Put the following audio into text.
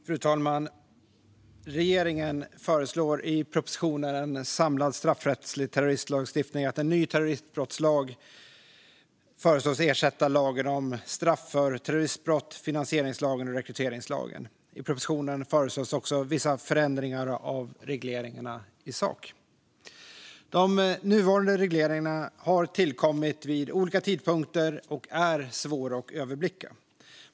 Fru talman! Regeringen föreslår i propositionen En samlad straffrättslig terrorismlagstiftning att en ny terroristbrottslag föreslås ersätta lagen om straff för terroristbrott, finansieringslagen och rekryteringslagen. I propositionen föreslås också vissa förändringar av regleringarna i sak. De nuvarande regleringarna har tillkommit vid olika tidpunkter och är svåra att överblicka.